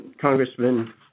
Congressman